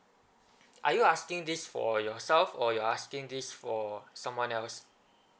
are you asking this for yourself or you're asking this for someone else